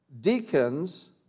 deacons